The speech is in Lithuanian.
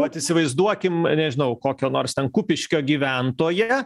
vat įsivaizduokim nežinau kokio nors ten kupiškio gyventoją